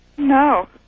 No